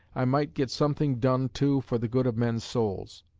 i might get something done too for the good of men's souls.